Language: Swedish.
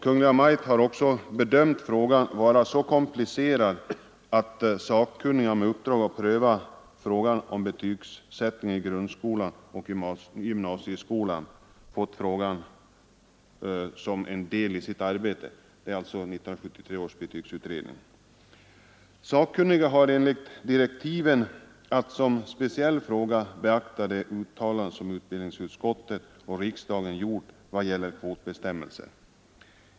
Kungl. Maj:t har också bedömt frågan vara så komplicerad att sakkunniga med uppdrag att pröva frågan om betygsättningen i grundskolan och gymnasieskolan, 1973 års betygsutredning, har fått ta hand om ärendet som en del av sitt arbete.